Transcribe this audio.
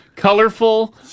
Colorful